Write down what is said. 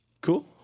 cool